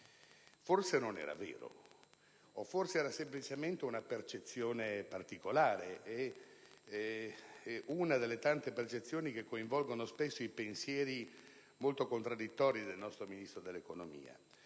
Forse non era vero, o forse era semplicemente una percezione particolare (una delle tante che coinvolgono spesso i pensieri molto contraddittori del nostro Ministro dell'economia)